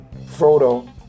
Frodo